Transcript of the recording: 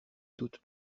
toute